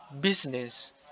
business